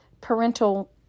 parental